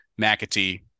McAtee